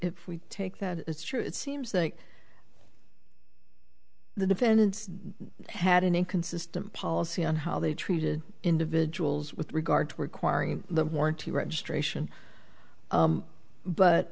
we take that is true it seems that the defendants had an inconsistent policy on how they treated individuals with regard to requiring the warranty registration